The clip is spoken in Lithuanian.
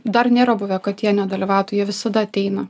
dar nėra buvę kad jie nedalyvautų jie visada ateina